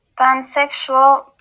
Pansexual